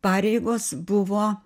pareigos buvo